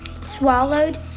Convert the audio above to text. swallowed